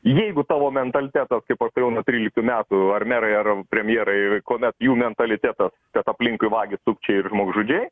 jeigu tavo mentalitetas kaip aš turėjau nuo tryliktų metų ar merai ar premjerai kuomet jų mentalitetas kad aplinkui vagys sukčiai ir žmogžudžiai